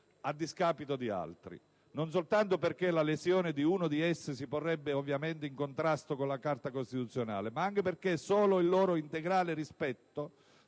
a discapito di altri, non soltanto perché la lesione di uno di essi si porrebbe ovviamente in contrasto con la Carta costituzionale, ma anche perché solo il loro integrale rispetto